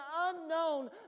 unknown